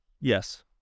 Yes